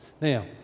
Now